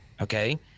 Okay